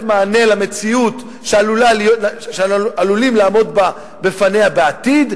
מענה למציאות שעלולים לעמוד בפניה בעתיד,